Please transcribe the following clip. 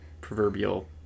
proverbial